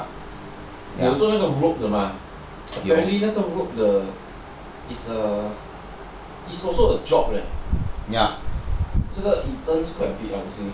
你有做那种 rope 的吗 apparently 那个 rope 的 is also a job eh it earns quite well